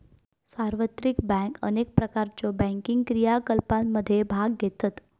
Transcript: सार्वत्रिक बँक अनेक प्रकारच्यो बँकिंग क्रियाकलापांमध्ये भाग घेतत